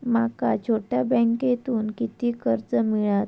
माका छोट्या बँकेतून किती कर्ज मिळात?